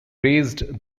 raised